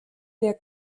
der